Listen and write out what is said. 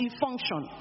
function